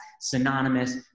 synonymous